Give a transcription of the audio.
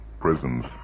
Prisons